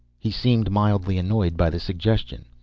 he seemed mildly annoyed by the suggestion.